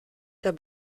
der